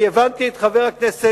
לכן, אני הבנתי את חבר הכנסת